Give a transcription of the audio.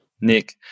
Nick